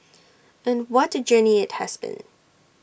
and what A journey IT has been